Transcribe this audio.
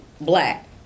black